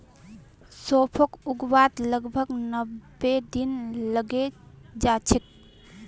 सौंफक उगवात लगभग नब्बे दिन लगे जाच्छे